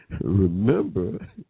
remember